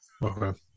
Okay